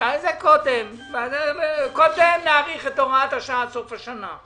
קודם נאריך את הוראת השעה עד סוף השנה.